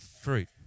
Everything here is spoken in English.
fruit